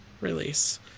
release